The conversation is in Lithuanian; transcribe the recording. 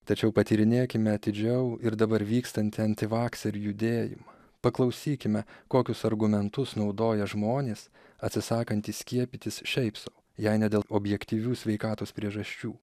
tačiau patyrinėkime atidžiau ir dabar vykstantį antivakserių judėjimą paklausykime kokius argumentus naudoja žmonės atsisakantys skiepytis šiaip sau jei ne dėl objektyvių sveikatos priežasčių